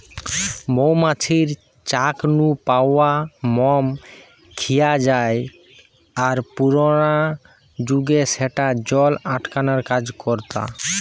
মৌ মাছির চাক নু পাওয়া মম খিয়া জায় আর পুরানা জুগে স্যাটা জল আটকানার কাজ করতা